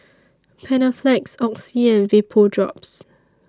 Panaflex Oxy and Vapodrops